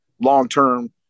long-term